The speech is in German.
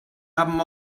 haben